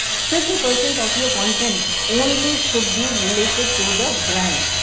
fifty percent of your content only should be related to the brand.